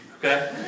Okay